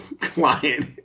client